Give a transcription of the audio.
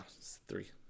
three